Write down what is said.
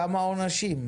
כמה עונשים?